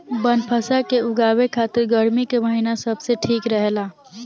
बनफशा के उगावे खातिर गर्मी के महिना सबसे ठीक रहेला